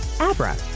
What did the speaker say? Abra